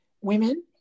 women